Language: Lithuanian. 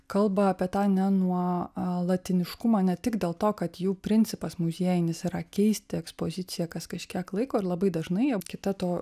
kalba apie tą ne nuolatiškumą ne tik dėl to kad jų principas muziejinis yra keisti ekspoziciją kas kažkiek laiko ir labai dažnai o kita to